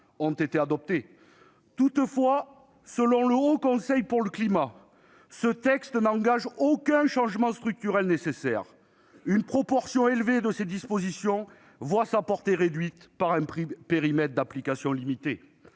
% d'ici à 2030. Toutefois, selon le Haut Conseil pour le climat, ce texte n'engage aucun changement structurel nécessaire. En outre, une proportion élevée de ses dispositions voit sa portée réduite par un périmètre d'application limité.